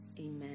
Amen